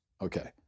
okay